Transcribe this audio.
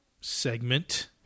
segment